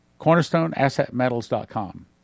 CornerstoneAssetMetals.com